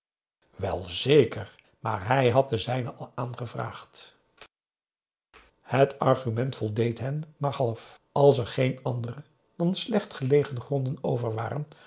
wel zeker maar hij had de zijne al aangevraagd het argument voldeed hen maar half als er geen andere dan slecht gelegen gronden over waren